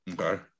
Okay